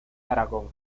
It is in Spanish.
aragón